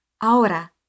Ahora